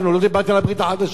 לא דיברתי על הברית החדשה.